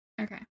Okay